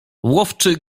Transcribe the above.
łowczy